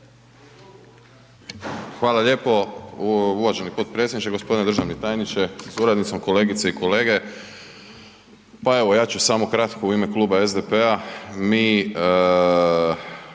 Hvala lijepo. Uvaženi potpredsjedniče, gospodine državni tajniče sa suradnicom, kolegice i kolege. Pa evo ja ću samo kratko u ime kluba SDP-a.